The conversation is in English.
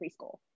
preschool